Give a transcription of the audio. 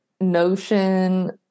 notion